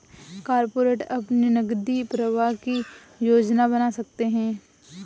corporate अपने नकदी प्रवाह की योजना बना सकते हैं